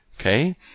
Okay